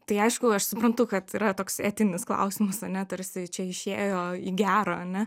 tai aišku aš suprantu kad yra toks etinis klausimas ane tarsi čia išėjo į gerą ane